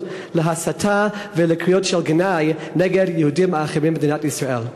להסתה ולקריאות גנאי נגד יהודים אחרים במדינת ישראל.